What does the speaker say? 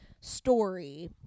story